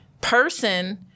person